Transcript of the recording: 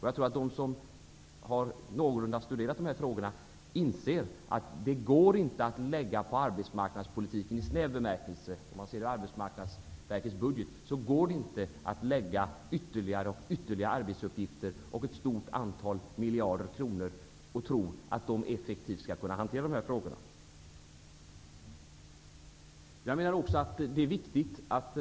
Jag tror att de som någorlunda har studerat dessa frågor inser att det inte går att lägga ytterligare arbetsuppgifter och ett stort antal miljarder kronor på arbetsmarknadspolitiken i snäv bemärkelse, och sedan tro att Arbetsmarknadsverket skall kunna hantera dessa frågor effektivt.